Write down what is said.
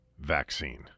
vaccine